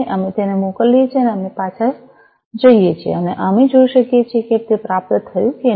અમે તેને મોકલીએ છીએ અને અમે પાછા જઈએ છીએ અને અમે જોઈ શકીએ છીએ કે તે પ્રાપ્ત થયું છે કે નહીં